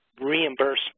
reimburse